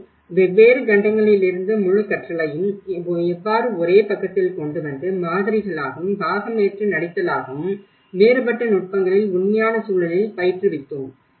அவை வெவ்வேறு கண்டங்களில் இருந்து முழு கற்றலையும் எவ்வாறு ஒரே பக்கத்தில் கொண்டுவந்து மாதிரிகளாகவும் பாகமேற்று நடித்தலாகவும் வேறுபட்ட நுட்பங்களில் உண்மையான சூழலில் பயிற்றுவித்தோம்